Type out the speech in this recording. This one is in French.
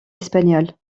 espagnol